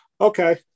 okay